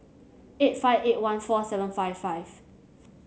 eight five eight one four seven five five